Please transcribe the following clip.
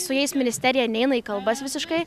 su jais ministerija neina į kalbas visiškai